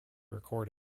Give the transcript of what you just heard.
record